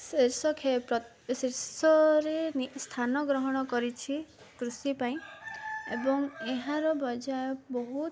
ଶୀର୍ଷକେ ଶୀର୍ଷରେ ସ୍ଥାନ ଗ୍ରହଣ କରିଛି କୃଷି ପାଇଁ ଏବଂ ଏହାର ବଜାୟ ବହୁତ